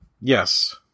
Yes